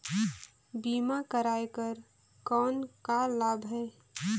बीमा कराय कर कौन का लाभ है?